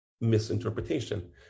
misinterpretation